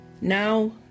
Now